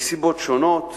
מסיבות שונות,